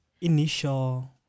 initial